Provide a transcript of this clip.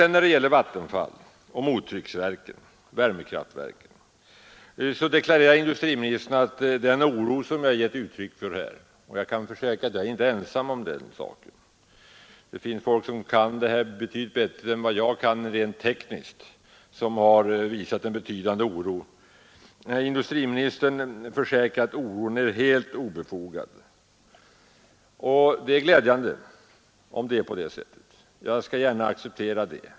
När det gäller Vattenfall och mottrycksverken — värmekraftverken — deklarerar industriministern att den oro som jag givit uttryck för är helt obefogad. Jag kan försäkra att jag inte är ensam om oron, utan det finns folk som kan det här bättre än jag rent tekniskt och som också visat en betydande oro. Men industriministern försäkrar alltså att oron är helt obefogad, och det är glädjande om det är på detta sätt. Jag skall gärna acceptera det.